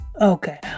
Okay